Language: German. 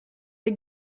der